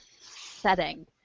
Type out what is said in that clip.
setting